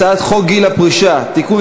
הצעת חוק גיל פרישה (תיקון,